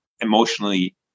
emotionally